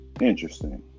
Interesting